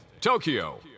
Tokyo